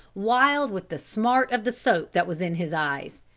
wild with the smart of the soap that was in his eyes.